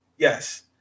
yes